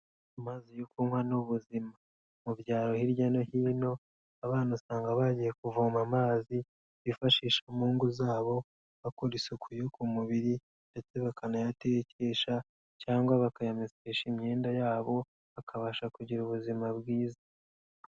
Amazi yo kunywa ni ubuzima mu byaro hirya no hino abana usanga bagiye kuvoma amazi bifashisha mu ngo zabo, bakora isuku yo ku mubiri ndetse bakanayatekesha cyangwa bakayamekesha imyenda yabo bakabasha kugira ubuzima bwiza.